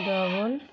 দহন